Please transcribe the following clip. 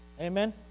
Amen